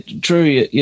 true